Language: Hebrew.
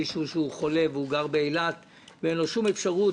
מישהו שחולה וגר באילת ואין לו שום אפשרות,